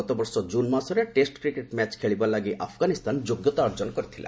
ଗତ ବର୍ଷ କ୍କୁନ୍ ମାସରେ ଟେଷ୍ଟ କ୍ରିକେଟ୍ ମ୍ୟାଚ୍ ଖେଳିବା ଲାଗି ଆଫ୍ଗାନିସ୍ତାନ ଯୋଗ୍ୟତା ଅର୍ଜନ କରିଥିଲା